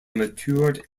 matured